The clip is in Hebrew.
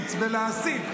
ולהשמיץ ולהסית.